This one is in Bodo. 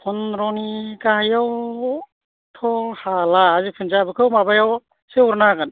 फन्द्रनि गाहायाव थ' हाला जिखुन जाया बेखौ माबायावसो हरनो हागोन